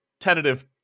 tentative